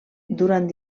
durant